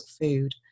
food